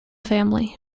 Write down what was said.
family